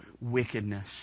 wickedness